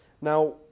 Now